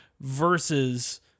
versus